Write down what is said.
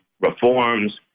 reforms